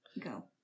Go